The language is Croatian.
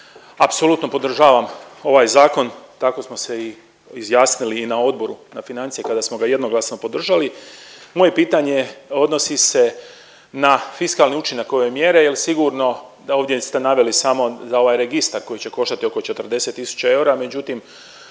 Apsolutno podržavam ovaj zakon, tako smo se i izjasnili i na Odboru za financije kada smo ga jednoglasno podržali. Moje pitanje odnosi se na fiskalni učinak ove mjere jer sigurno da ovdje ste naveli samo za ovaj registar koji će koštati oko 40 tisuća eura, međutim